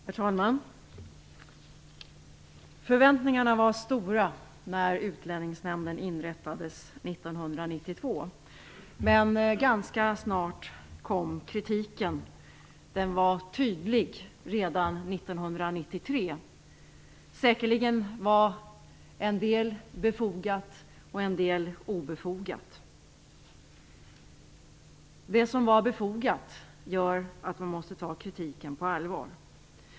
Herr talman! Förväntningarna var stora när Utlänningsnämnden inrättades 1992, men ganska snart kom kritiken. Den var tydlig redan 1993. Säkerligen var en del av kritiken befogad, en del obefogad. Det som var befogad kritik gör att man måste ta kritiken på allvar.